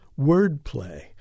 Wordplay